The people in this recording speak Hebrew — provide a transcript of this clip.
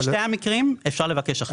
בשני המקרים אפשר לבקש אחרת.